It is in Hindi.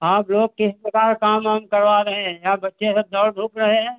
आप लोग किस प्रकार काम वाम करवा रहे हैं यहाँ बच्चे सब दौड़ धूप रहे हैं